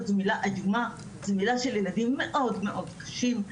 Conduct זו מילה של ילדים מאוד מאוד קשים,